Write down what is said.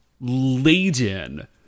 laden